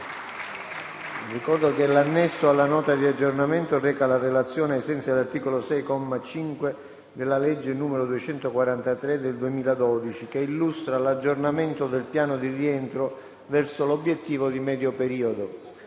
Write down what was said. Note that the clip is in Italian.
Ricordo che l'Annesso alla Nota di aggiornamento reca la relazione, ai sensi dell'articolo 6, comma 5, della legge n. 243 del 2012, che illustra l'aggiornamento del piano di rientro verso l'obiettivo di medio periodo.